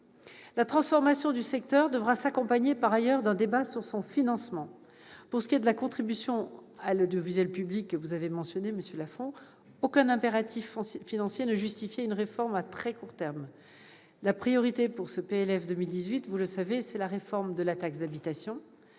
la transformation du secteur devra s'accompagner d'un débat sur son financement. Pour ce qui est de la contribution à l'audiovisuel public, sujet que vous avez mentionné, monsieur Lafon, aucun impératif financier ne justifiait une réforme à très court terme. La priorité de ce projet de loi de finances pour 2018, vous le savez, est la réforme de la taxe d'habitation.